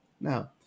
Now